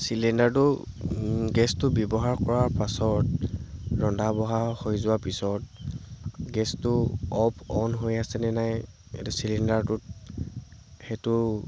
চিলিণ্ডাৰটো গেছটো ব্য়ৱহাৰ কৰাৰ পাছত ৰন্ধা বঢ়া হৈ যোৱাৰ পিছত গেছটো অফ অন হৈ আছেনে নাই সেইটো চিলিণ্ডাৰটোত সেইটো